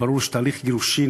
ברור שתהליך גירושין,